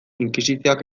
inkisizioak